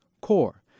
CORE